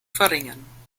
verringern